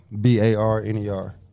B-A-R-N-E-R